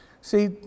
See